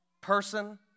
person